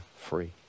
free